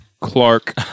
Clark